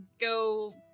go